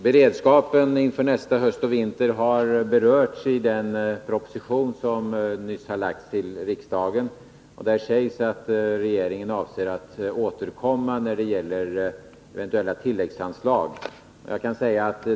Beredskapen inför nästa höst och vinter har berörts i den proposition som nyligen lagts fram för riksdagen. Där sägs att regeringen avser att återkomma när det gäller eventuella tilläggsanslag.